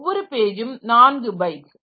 ஒவ்வொரு பேஜும் நான்கு பைட்ஸ்